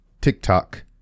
TikTok